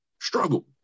struggle